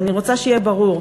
אני רוצה שיהיה ברור.